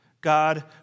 God